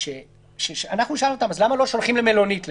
אנחנו שאלנו אותם אז למה לא שולחים למלונית למשל,